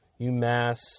UMass